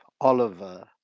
oliver